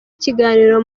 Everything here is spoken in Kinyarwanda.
ikiganiro